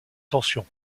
tension